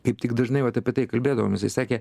kaip tik dažnai vat apie tai kalbėdavomės jis sakė